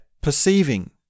perceiving